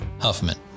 Huffman